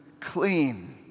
clean